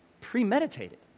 premeditated